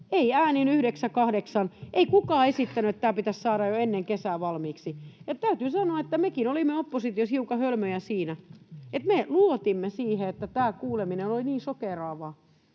ei äänin 9—8, ei kukaan esittänyt, että tämä pitäisi saada jo ennen kesää valmiiksi. Ja täytyy sanoa, että mekin olimme oppositiossa hiukan hölmöjä siinä, että me luotimme siihen, että tämä kuuleminen oli niin shokeeraavaa,